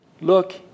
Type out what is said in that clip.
Look